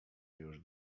już